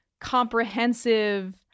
comprehensive